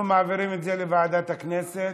אנחנו מעבירים את זה לוועדת הכנסת.